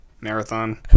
marathon